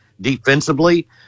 defensively